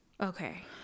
Okay